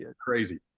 crazy